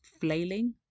flailing